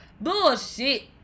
Bullshit